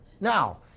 Now